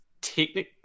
technically